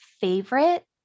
favorite